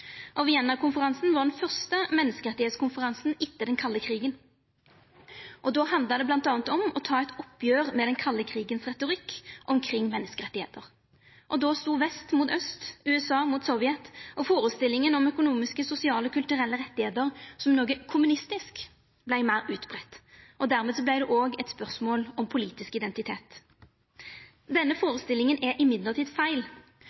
og politiske. Wien-konferansen var den fyrste menneskerettskonferansen etter den kalde krigen, og då handla det m.a. om å ta eit oppgjer med den kalde krigens retorikk omkring menneskerettar. Då stod vest mot aust, USA mot Sovjet, og førestillinga om økonomiske, sosiale og kulturelle rettar som noko kommunistisk, vart meir utbreidd, og dermed vart det òg eit spørsmål om politisk identitet. Denne førestillinga er i alle høve feil,